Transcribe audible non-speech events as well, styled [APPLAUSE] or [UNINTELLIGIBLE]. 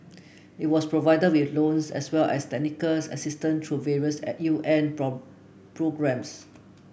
it was provided with loans as well as technical assistance through various at U N [UNINTELLIGIBLE] programmes